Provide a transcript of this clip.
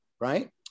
right